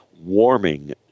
warming